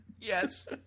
Yes